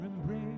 embrace